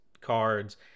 Cards